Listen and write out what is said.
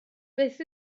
beth